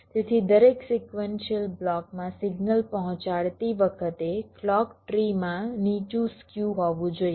તેથી દરેક sequential block માં સિગ્નલ પહોંચાડતી વખતે ક્લૉક ટ્રી માં નીચું સ્ક્યુ હોવું જોઈએ